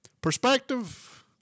perspective